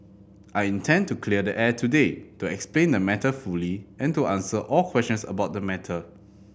I intend to clear the air today to explain the matter fully and to answer all questions about the matter